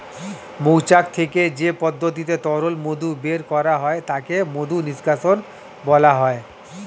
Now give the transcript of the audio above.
মৌচাক থেকে যে পদ্ধতিতে তরল মধু বের করা হয় তাকে মধু নিষ্কাশণ বলা হয়